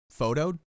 photoed